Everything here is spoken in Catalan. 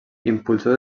impulsor